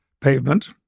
pavement